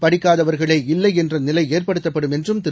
படிக்காதவர்களே இல்லைஎன்றநிலைஏற்படுத்தப்படும் என்றும் திரு